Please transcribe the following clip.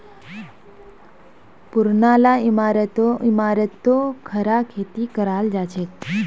पुरना ला इमारततो खड़ा खेती कराल जाछेक